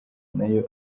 nayo